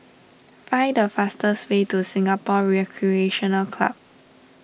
find a fastest way to Singapore Recreation Club